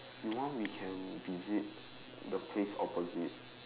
you want we can visit the place opposite